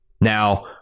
Now